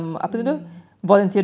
mm